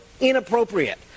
inappropriate